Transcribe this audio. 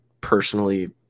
personally